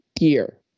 year